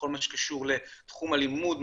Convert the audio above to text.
בכל מה שקשור לתחום הלימוד,